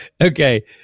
okay